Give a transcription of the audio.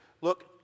look